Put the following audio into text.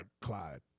Clyde